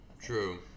true